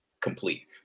complete